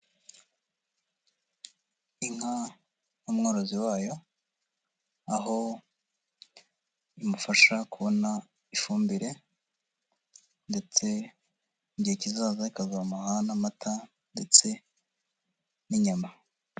Inka n'umworozi wayo, aho imufasha kubona ifumbire, ndetse igihe kizaza ikazamuha n'amata, ndetse n'inyama.